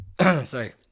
Sorry